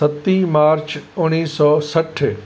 सत मार्च उणिवीह सौ सठि